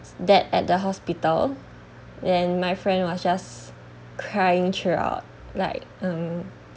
that at the hospital when my friend was just crying throughout like um